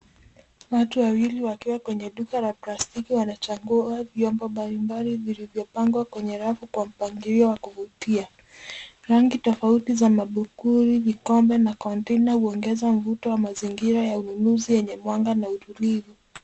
Watu wawili wakiwa kwenye duka la plastiki wanachagua vyombo mbalimbali vilivyopangwa kwenye rafu kwa mpangilio wa kuvutia. Rangi tofauti za mabakuli, vikombe na container huongeza mazingira ya ununuzi yenye mwanga na utulivu.